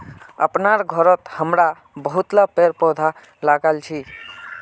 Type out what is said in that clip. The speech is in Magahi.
अपनार घरत हमरा बहुतला पेड़ पौधा लगाल छि